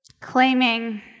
claiming